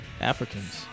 Africans